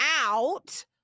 out